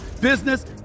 business